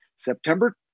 September